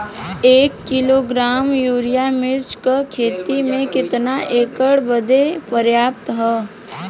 एक kilogram urea मिर्च क खेती में कितना एकड़ बदे पर्याप्त ह?